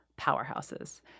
powerhouses